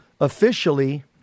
Officially